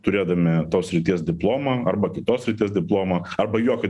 turėdami tos srities diplomą arba kitos srities diplomą arba jokio